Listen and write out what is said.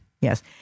Yes